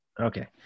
Okay